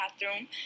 bathroom